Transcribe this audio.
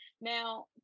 now